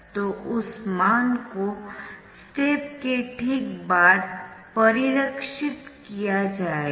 तो उस मान को स्टेप के ठीक बाद परिरक्षित किया जाएगा